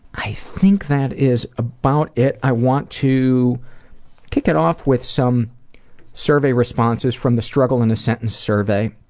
i think that is about it. i want to kick it off with some survey responses from the struggle in a sentence survey.